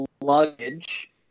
luggage